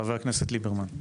חבר הכנסת ליברמן,